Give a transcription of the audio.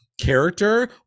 character